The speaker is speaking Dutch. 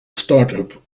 startup